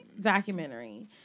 documentary